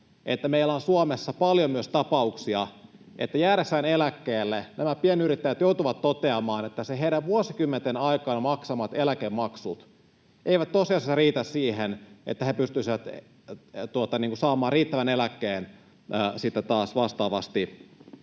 Meillä on Suomessa paljon myös tapauksia, että jäädessään eläkkeelle nämä pienyrittäjät joutuvat toteamaan, että ne heidän vuosikymmenten aikana maksamansa eläkemaksut eivät tosiasiassa riitä siihen, että he pystyisivät saamaan riittävän eläkkeen sitten